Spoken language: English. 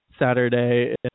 Saturday